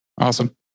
Awesome